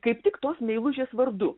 kaip tik tos meilužės vardu